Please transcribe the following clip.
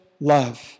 love